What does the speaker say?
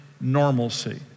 normalcy